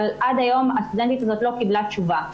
עד היום הסטודנטית הזאת לא קיבלה תשובה.